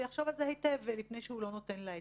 הוא יחשוב על זה היטב לפני שהוא לא נותן לה גט.